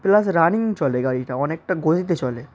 plus running চলে গাড়িটা অনেকটা গতিতে চলে